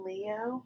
Leo